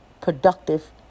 productive